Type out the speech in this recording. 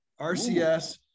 RCS